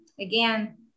Again